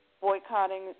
boycotting